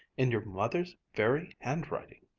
in your mother's very handwriting